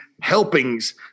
helpings